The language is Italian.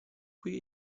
qui